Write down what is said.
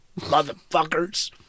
motherfuckers